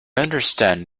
understand